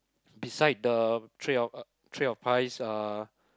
beside the tray of ah tray of pies uh